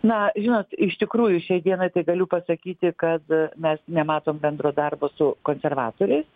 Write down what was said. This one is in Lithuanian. na žinot iš tikrųjų šiai dienai tai galiu pasakyti kad mes nematom bendro darbo su konservatoriais